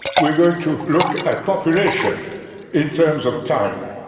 we're going to look at population in terms of time.